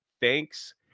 Thanks